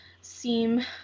seem